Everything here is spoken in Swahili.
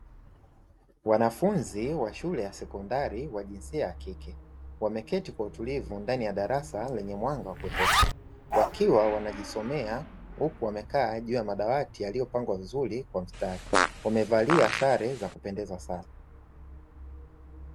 Wanafunzi wa shule ya sekondari wa jinsia ya kike wameketi kwa utulivu ndani ya darasa lenye mwanga wa kutosha, wakiwa wanajisomea huku wamekaa juu ya madawati yaliyopangwa vizuri kwa mstari, wamevalia sare za kupendeza sana.